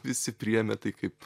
visi priėmė tai kaip